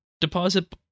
deposit